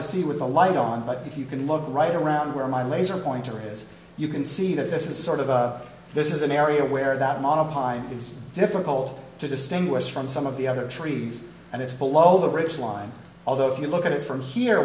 to see with the light on but if you can look right around where my laser pointer is you can see that this is sort of this is an area where that model pine is difficult to distinguish from some of the other trees and it's below the ridge line although if you look at it from here